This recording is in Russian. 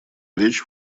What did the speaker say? речь